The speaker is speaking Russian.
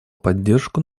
поддержку